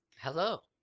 Hello